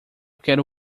quero